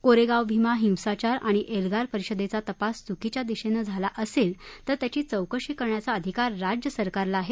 कोरेगाव भीमा हिंसाचार आणि एल्गार परिषदेचा तपास चुकीच्या दिशेनं झाला असेल तर त्याची चौकशी करण्याचा अधिकार राज्य सरकारला आहे